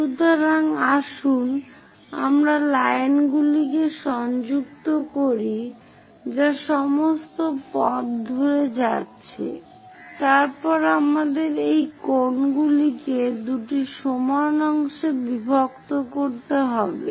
সুতরাং আসুন আমরা লাইনগুলিকে সংযুক্ত করি যা সমস্ত পথ ধরে যাচ্ছে তারপর আমাদের এই কোণগুলিকে 2 সমান অংশে বিভক্ত করতে হবে